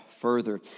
further